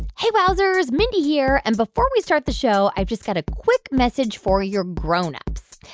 hey, wowzers. mindy here. and before we start the show, i've just got a quick message for your grown-ups.